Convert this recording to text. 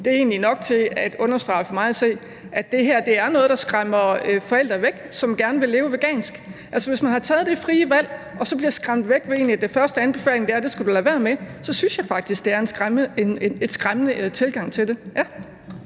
se er nok til at understrege, at det her er noget, der skræmmer forældre væk, som gerne vil leve vegansk. Altså, hvis man har taget det frie valg og så bliver skræmt væk ved, at en af de første anbefalinger er, at det skal man lade være med, så synes jeg faktisk, at det er en skræmmende tilgang til det